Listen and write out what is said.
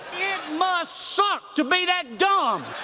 must suck to be that dumb.